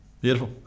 Beautiful